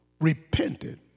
repented